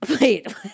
Wait